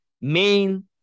main